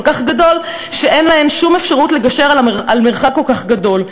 כך גדול שאין להן שום אפשרות לגשר על מרחק כל כך גדול.